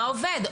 מה עובד?